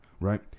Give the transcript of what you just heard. Right